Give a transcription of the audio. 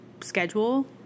schedule